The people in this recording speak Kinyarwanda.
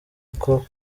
uko